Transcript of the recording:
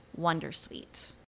Wondersuite